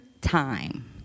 time